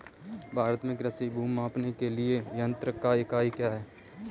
भारत में कृषि भूमि को मापने के लिए मात्रक या इकाई क्या है?